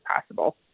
possible